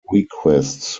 requests